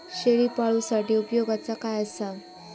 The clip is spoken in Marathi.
शेळीपाळूसाठी उपयोगाचा काय असा?